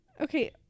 Okay